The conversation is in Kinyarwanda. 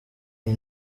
iyi